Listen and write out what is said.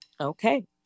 Okay